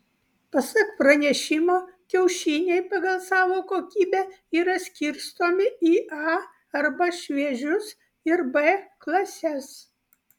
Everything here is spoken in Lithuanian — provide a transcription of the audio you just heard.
pasak pranešimo kiaušiniai pagal savo kokybę yra skirstomi į a arba šviežius ir b klases